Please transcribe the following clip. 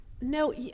No